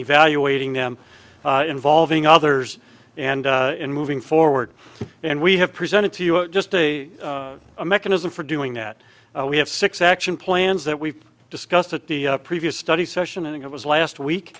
evaluating them involving others and in moving forward and we have presented to you just a mechanism for doing that we have six action plans that we've discussed at the previous study session and it was last week